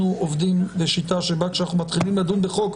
אנחנו עובדים בשיטה שבה כשאנחנו מתחילים לדון בחוק,